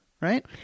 right